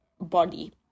body